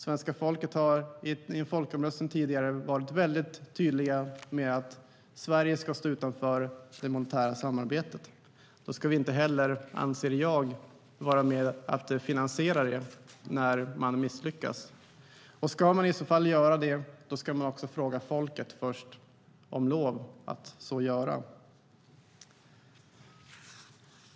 I en folkomröstning tidigare har svenska folket varit mycket tydligt med att Sverige ska stå utanför det monetära samarbetet. Jag anser att vi då inte heller ska vara med och finansiera det när det har misslyckats. Ska vi göra det i alla fall ska vi också först fråga folket om lov att göra det.